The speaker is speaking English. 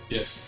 Yes